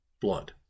blood